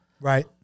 Right